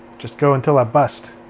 just go until i bust.